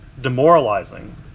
demoralizing